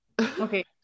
Okay